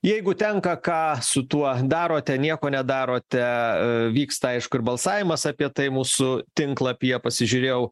jeigu tenka ką su tuo darote nieko nedarote vyksta aišku ir balsavimas apie tai mūsų tinklapyje pasižiūrėjau